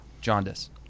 Jaundice